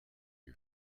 you